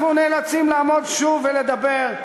אנחנו נאלצים לעמוד שוב ולדבר,